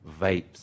vapes